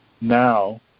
now